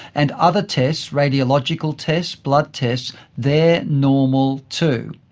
and other tests, radiological tests, blood tests, they are normal too.